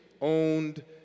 owned